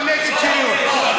אבל נגד שריון.